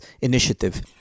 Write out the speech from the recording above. initiative